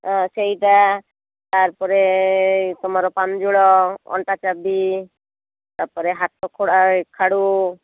ହଁ ସେଇଟା ତା'ପରେ ତୁମର ପାଞ୍ଜୁଳ ଅଣ୍ଟା ଚାବି ତା'ପରେ ହାତ ଖଡ଼ୁ